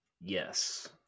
Yes